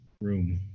Room